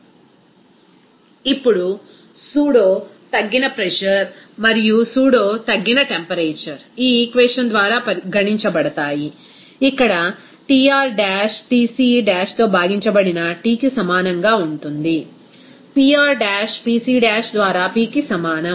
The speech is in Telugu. రిఫర్ స్లయిడ్ టైం4311 ఇప్పుడు సూడో తగ్గిన ప్రెజర్ మరియు సూడో తగ్గిన టెంపరేచర్ ఈ ఈక్వేషన్ ద్వారా గణించబడతాయి ఇక్కడ Tr డాష్ Tc డాష్తో భాగించబడిన Tకి సమానంగా ఉంటుంది Pr డాష్ Pc డాష్ ద్వారా Pకి సమానం